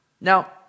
Now